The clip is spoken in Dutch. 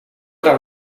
daar